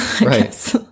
Right